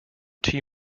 tee